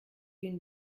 une